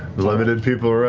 limited people around,